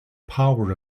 power